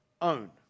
own